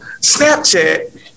Snapchat